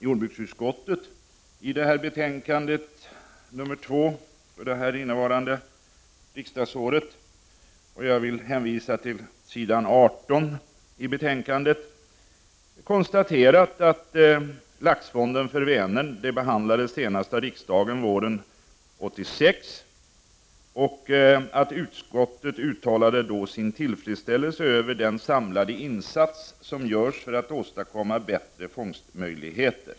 Jordbruksutskottet konstaterar på s. 18 i betänkande 2 innevarande riksdagsår att Laxfond för Vänern behandlades senast av riksdagen våren 1986 och att utskottet då uttalade ”sin tillfredsställelse över den samlade insats som görs för att åstadkomma bättre fångstmöjligheter”.